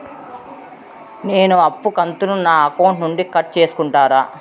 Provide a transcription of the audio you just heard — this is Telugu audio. నేను అప్పు కంతును నా అకౌంట్ నుండి కట్ సేసుకుంటారా?